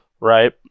right